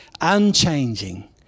unchanging